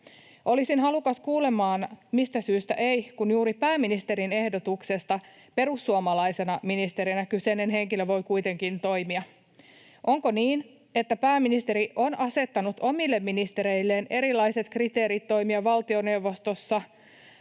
Olisin halukas kuulemaan, mistä syystä ei, kun juuri pääministerin ehdotuksesta perussuomalaisena ministerinä kyseinen henkilö voi kuitenkin toimia. Onko niin, että pääministeri on asettanut omille ministereilleen erilaiset kriteerit toimia valtioneuvostossa